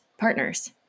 partners